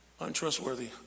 untrustworthy